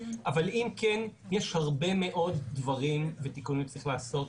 אבל אם כן יש הרבה מאוד דברים ותיקונים שצריך לעשות,